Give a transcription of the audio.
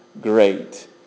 great